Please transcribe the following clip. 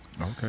Okay